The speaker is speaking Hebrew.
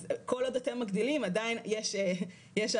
אז כל עוד אתם מגדילים עדיין יש אחריכם